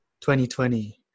2020